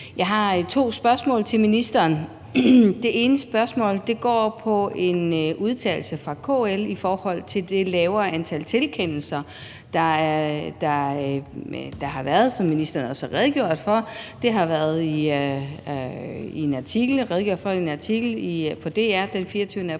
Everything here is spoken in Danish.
Jeg har to spørgsmål til ministeren. Det ene spørgsmål går på en udtalelse fra KL om det lavere antal tilkendelser, der har været – som ministeren også har redegjort for – i en artikel på dr.dk den 24.